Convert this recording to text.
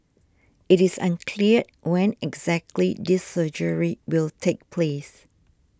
it is unclear when exactly this surgery will take place